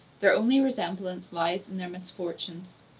their only resemblance lies in their misfortunes.